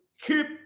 keep